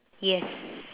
yes